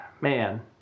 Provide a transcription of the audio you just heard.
man